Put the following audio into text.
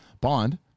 Bond